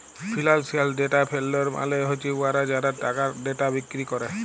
financial data vendor মালে হছে উয়ারা যারা টাকার ডেটা বিক্কিরি ক্যরে